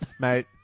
mate